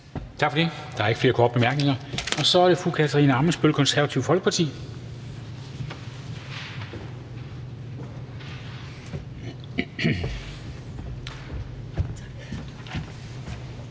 Tak for det. Der er ikke flere korte bemærkninger. Og så er det fru Katarina Ammitzbøll, Konservative Folkeparti.